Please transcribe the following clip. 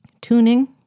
tuning